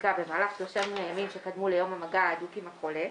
בבדיקה במהלך 30 הימים שקדמו ליום המגע ההדוק עם חולה,